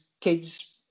kids